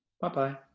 Bye-bye